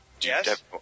Yes